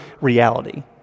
reality